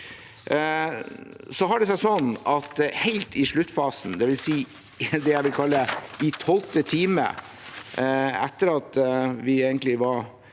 Så har det seg sånn at helt i sluttfasen, det jeg vil kalle i tolvte time, etter at vi egentlig var